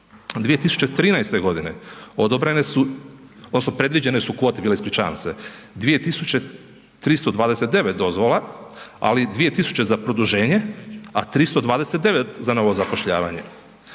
su odnosno predviđene su kvote bile, ispričavam se, 2.329 dozvola, ali 2.000 za produženje, a 329 za novo zapošljavanje.